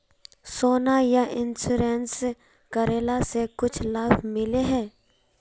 सोना यह इंश्योरेंस करेला से कुछ लाभ मिले है?